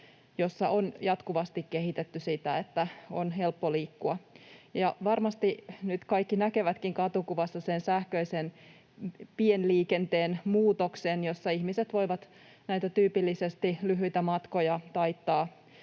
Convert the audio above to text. missä on jatkuvasti kehitetty sitä, että on helppo liikkua. Varmasti nyt kaikki näkevätkin katukuvassa sen sähköisen pienliikenteen muutoksen, että ihmiset voivat tyypillisesti lyhyitä matkoja taittaa